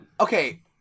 okay